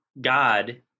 God